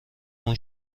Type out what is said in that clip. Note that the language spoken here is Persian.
اون